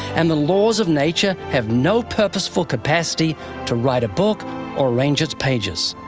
and the laws of nature have no purpose for capacity to write a book or arrange its pages.